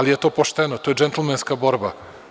To je pošteno, to je džentlmenska borba.